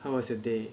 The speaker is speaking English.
how was your day